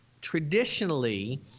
traditionally